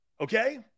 Okay